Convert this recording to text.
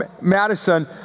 Madison